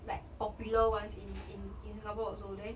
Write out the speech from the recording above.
like popular ones in in in singapore also then